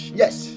yes